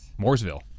Mooresville